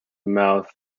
mouth